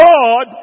God